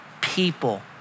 people